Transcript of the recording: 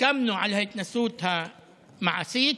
סיכמנו על ההתנסות המעשית.